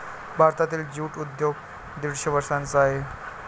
भारतातील ज्यूट उद्योग दीडशे वर्षांचा आहे